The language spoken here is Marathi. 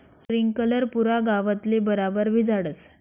स्प्रिंकलर पुरा गावतले बराबर भिजाडस